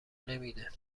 نمیده